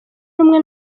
rumwe